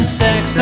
sex